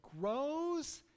grows